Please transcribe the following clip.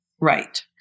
Right